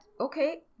okay